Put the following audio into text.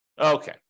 Okay